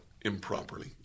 improperly